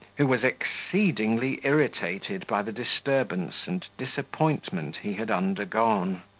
who was exceedingly irritated by the disturbance and disappointment he had undergone.